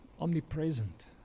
omnipresent